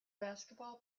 basketball